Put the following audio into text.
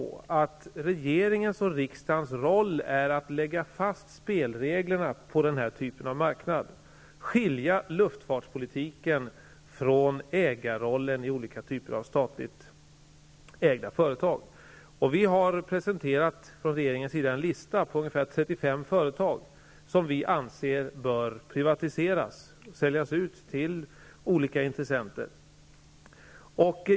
Regeringens och riksdagens roll är att lägga fast spelreglerna på den typen av marknad, dvs. skilja luftfartspolitiken från ägarrollen i olika typer av statligt ägda företag. Vi har från regeringens sida presenterat en lista på ungefär 35 företag som vi anser bör privatiseras, dvs. säljas ut till olika intressenter.